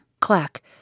Clack